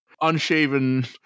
unshaven